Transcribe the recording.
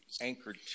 anchored